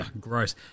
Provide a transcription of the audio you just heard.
gross